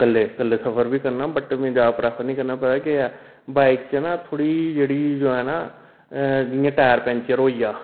but कल्ले कल्ले सफर बी करना बट में जैदा प्रैफर निं करना पता केह् ऐ बाइक च ना थोह्ड़ी जेह्ड़ी जो ऐ ना जि'यां टायर पंक्चर होई गेआ